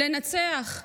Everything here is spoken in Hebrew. לנצח.